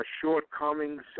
shortcomings